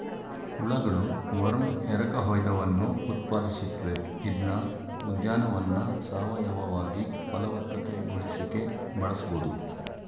ಹುಳಗಳು ವರ್ಮ್ ಎರಕಹೊಯ್ದವನ್ನು ಉತ್ಪಾದಿಸುತ್ವೆ ಇದ್ನ ಉದ್ಯಾನವನ್ನ ಸಾವಯವವಾಗಿ ಫಲವತ್ತತೆಗೊಳಿಸಿಕೆ ಬಳಸ್ಬೋದು